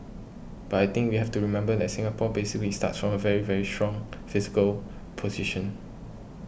but I think we have to remember that Singapore basically starts from a very very strong fiscal position